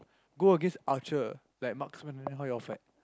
go against archer like marksman how you all fed